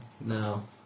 No